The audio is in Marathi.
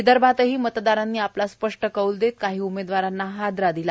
विदर्भातही मतदारांनी आपला स्पश्ट कौल देत काही उमेदवारांना हादरा दिला